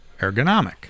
ergonomic